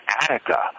Attica